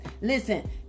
Listen